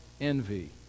envy